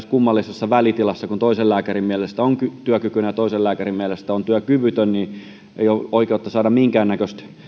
kummallisessa välitilassa kun toisen lääkärin mielestä on työkykyinen ja toisen lääkärin mielestä on työkyvytön ei ole oikeutta saada minkäännäköistä